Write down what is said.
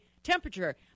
temperature